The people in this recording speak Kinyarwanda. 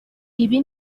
ibi